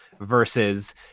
versus